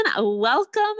welcome